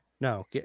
No